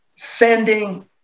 sending